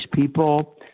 people